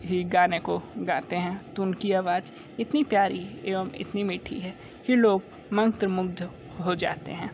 भी गाने को गाते हैं तो उनकी आवाज़ इतनी प्यारी एवं इतनी मीठी है कि लोग मंत्रमुग्ध हो जाते हैं